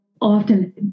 often